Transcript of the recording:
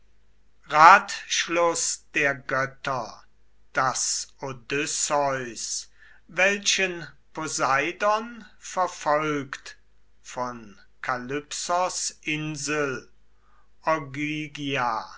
ratschluß der götter daß odysseus welchen poseidon verfolgt von kalypsos insel